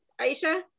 Aisha